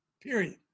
Period